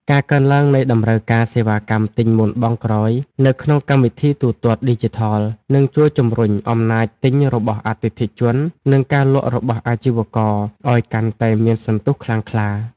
ការកើនឡើងនៃតម្រូវការសេវាកម្មទិញមុនបង់ក្រោយ នៅក្នុងកម្មវិធីទូទាត់ឌីជីថល នឹងជួយជម្រុញអំណាចទិញរបស់អតិថិជន និងការលក់របស់អាជីវករឱ្យកាន់តែមានសន្ទុះខ្លាំងក្លា។